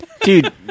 Dude